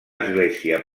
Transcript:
església